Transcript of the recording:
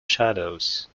shadows